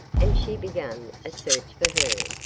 and she began a search for her.